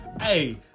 Hey